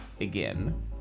again